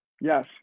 Yes